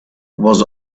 was